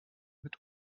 mit